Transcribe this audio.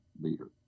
leader